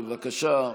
בבקשה.